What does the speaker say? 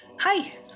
Hi